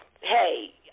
hey